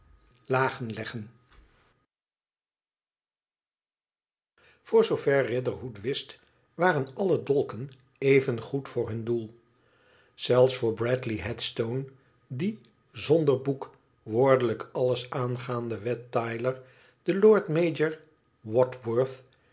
voor zoover riderhood wist waren alle dolken evengoed voor hun doel zelfs voor bradley headstone die zonder boek woordelijk alles aangaande wat tyler den lord mayor